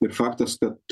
ir faktas kad